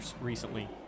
recently